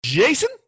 Jason